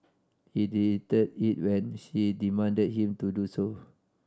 he deleted it when she demanded him to do so